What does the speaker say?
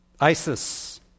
ISIS